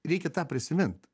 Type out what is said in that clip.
reikia tą prisimint